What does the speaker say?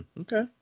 Okay